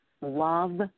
love